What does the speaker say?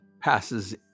passes